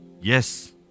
Yes